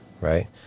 Right